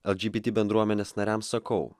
lgbt bendruomenės nariams sakau